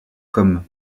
comme